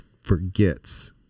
forgets